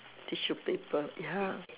tissue paper ya